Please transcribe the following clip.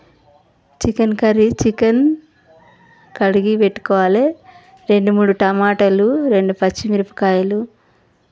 chicken curry chicken కడిగి పెట్టుకోవాలి రెండు మూడు టమాటలు రెండు పచ్చిమిరపకాయలు